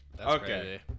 Okay